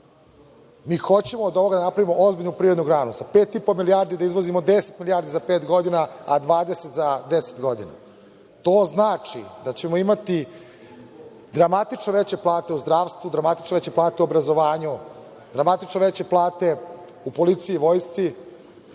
Mi hoćemo od ovoga da napravimo ozbiljnu privrednu granu. Sa 5,5 milijardi da izvozimo 10 milijardi za pet godina, a 20 za 10 godina. To znači da ćemo imati dramatično veće plate u zdravstvu, dramatično veće plate u obrazovanju, dramatično veće plate u policiji i vojsci.